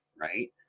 Right